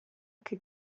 che